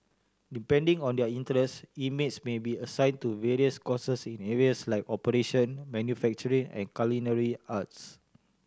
depending on their interests inmates may be assigned to various courses in areas like operation manufacturing and culinary arts